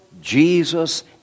Jesus